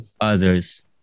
others